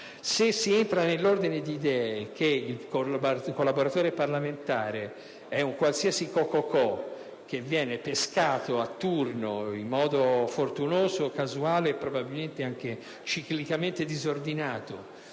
Se si entra nell'ordine di idee che il collaboratore parlamentare è un qualsiasi co.co.co. che viene pescato a turno dall'esterno in modo fortunoso, casuale e probabilmente anche ciclicamente disordinato